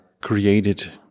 created